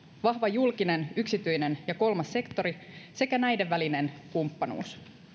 vahva julkinen yksityinen ja kolmas sektori sekä näiden välinen kumppanuus